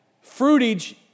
fruitage